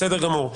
בסדר גמור.